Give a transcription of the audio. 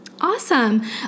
Awesome